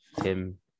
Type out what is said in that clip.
tim